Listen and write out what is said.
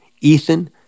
Ethan